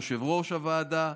יושב-ראש הוועדה,